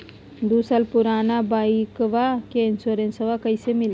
दू साल पुराना बाइकबा के इंसोरेंसबा कैसे मिलते?